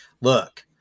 look